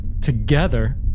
Together